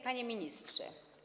Panie Ministrze!